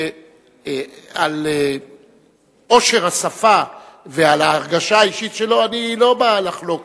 על עושר השפה ועל ההרגשה האישית שלו אני לא בא לחלוק,